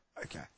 Okay